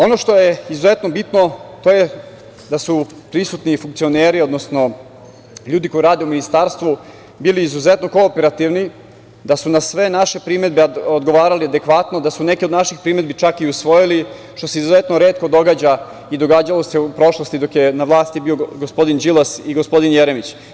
Ono što je izuzetno bitno je da su prisutni funkcioneri, odnosno ljudi koji rade u ministarstvu bili izuzetno kooperativni, da su na sve naše primedbe odgovarali adekvatno, da su neke od naših primedbi čak i usvojili, što se izuzetno retko događa i događalo se u prošlosti, dok je na vlasti bio gospodin Đilas i gospodin Jeremić.